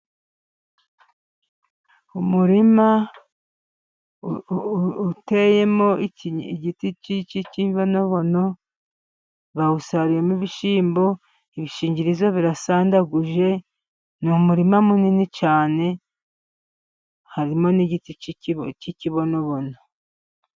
Umurima uteyemo igiti cy'ikibonobono, bawusaruyemo ibishyimbo. Ibishingirizo birasandaguje, ni umurima munini cyane, harimo n'igiti cy'ikibonobono.